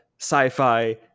sci-fi